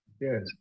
yes